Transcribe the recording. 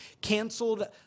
canceled